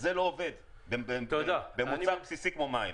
וזה לא עובד במוצר בסיסי כמו מים.